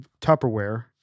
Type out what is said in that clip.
Tupperware